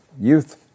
youth